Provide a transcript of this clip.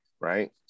right